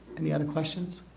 any other questions